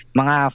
mga